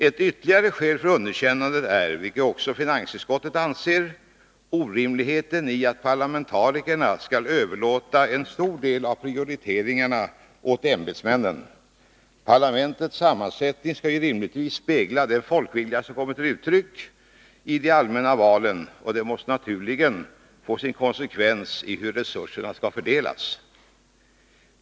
Ett ytterligare skäl för underkännandet är — vilket också finansutskottet anser — orimligheten i att parlamentarikerna skulle överlåta en stor del av prioriteringarna åt ämbetsmännen. Parlamentets sammansättning skall ju rimligtvis spegla den folkvilja som kommer till uttryck i de allmänna valen, och detta måste naturligen få sin konsekvens i fråga om hur resurserna skall fördelas.